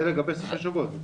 זה לגבי סופי שבוע את מתכוונת?